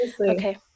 okay